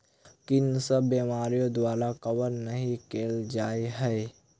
कुन सब बीमारि द्वारा कवर नहि केल जाय है?